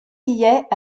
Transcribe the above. guillet